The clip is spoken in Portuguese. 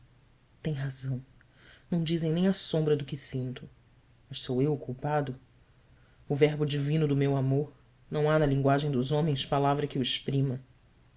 tem razão não dizem nem a sombra do que sinto mas sou eu o culpado o verbo divino do meu amor não há na linguagem dos homens palavra que o exprima